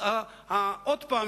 אז עוד פעם,